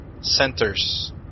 centers